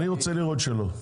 אני רוצה לראות שלא.